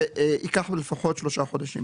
זה ייקח לנו לפחות 3 חודשים.